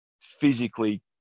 physically